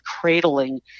cradling